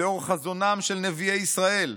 לאור חזונם של נביאי ישראל,